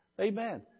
Amen